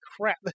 crap